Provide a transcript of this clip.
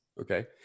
Okay